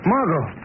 Margot